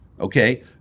okay